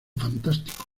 fantástico